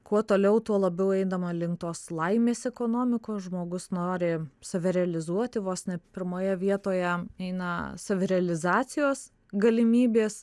kuo toliau tuo labiau einama link tos laimės ekonomikos žmogus nori save realizuoti vos ne pirmoje vietoje eina savirealizacijos galimybės